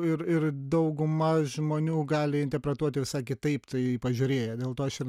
ir ir dauguma žmonių gali interpretuoti visai kitaip tai pažiūrėję dėl to aš ir